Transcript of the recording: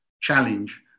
challenge